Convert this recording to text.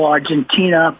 Argentina